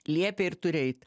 liepė ir turi eit